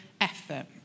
effort